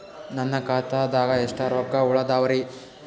ನನ್ನ ಖಾತಾದಾಗ ಎಷ್ಟ ರೊಕ್ಕ ಉಳದಾವರಿ?